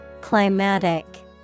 Climatic